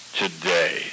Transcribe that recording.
today